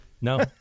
No